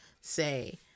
say